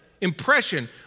impression